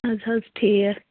ادٕ حظ ٹھیٖک